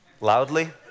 loudly